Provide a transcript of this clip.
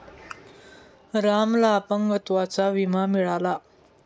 रामला अपंगत्वाचा विमा मिळाला